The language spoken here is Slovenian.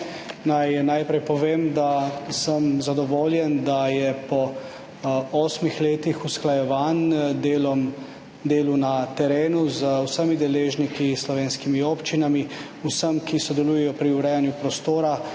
najprej povem, da sem zadovoljen, da je po osmih letih usklajevanj, delu na terenu z vsemi deležniki, s slovenskimi občinami, vsemi, ki sodelujejo pri urejanju prostora,